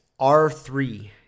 R3